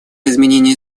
изменение